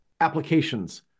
applications